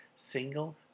Single